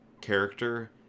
character